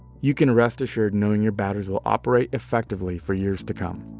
you can rest assured knowing your batteries will operate effectively for years to come.